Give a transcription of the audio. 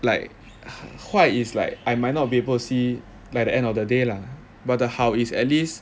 like 坏 is like I might not be able to see like the end of the day lah but the 好 is at least